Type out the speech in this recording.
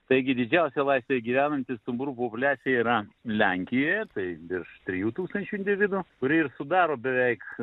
taigi didžiausia laisvėje gyvenanti stumbrų populiacija yra lenkijoje tai virš trijų tūkstančių individų kurie ir sudaro beveik